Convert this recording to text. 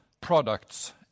products